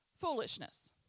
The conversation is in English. foolishness